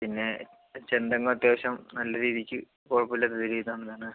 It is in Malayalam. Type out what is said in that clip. പിന്നെ ചെന്തെങ്ങും അത്യാവശ്യം നല്ല രീതിക്ക് കുഴപ്പം ഇല്ലാത്ത രീതിയിൽ തന്നെ ആണ്